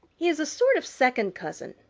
he is a sort of second cousin,